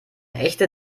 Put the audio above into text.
echte